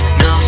no